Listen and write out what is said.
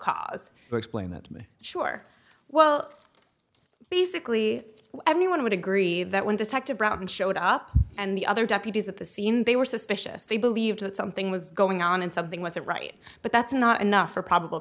cause to explain that to me sure well basically everyone would agree that when detective brown showed up and the other deputies at the scene they were suspicious they believed that something was going on and something wasn't right but that's not enough for probable